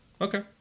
Okay